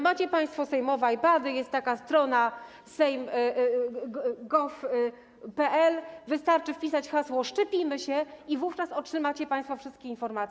Macie państwo sejmowe iPady, jest taka strona sejm.gov.pl, wystarczy wpisać hasło: szczepimy się i wówczas otrzymacie państwo wszystkie informacje.